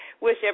wish